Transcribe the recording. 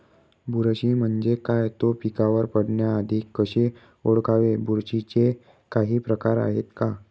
बुरशी म्हणजे काय? तो पिकावर पडण्याआधी कसे ओळखावे? बुरशीचे काही प्रकार आहेत का?